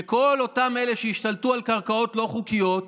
שכל אותם אלה שהשתלטו על קרקעות לא חוקיות,